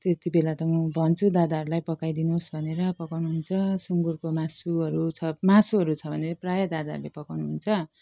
त्यति बेला त म भन्छु दादाहरूलाई पकाइदिनुहोस् भनेर पकाउनुहुन्छ सुँगुरको मासुहरू छ मासुहरू छ भने प्राय दादाहरूले पकाउनुहुन्छ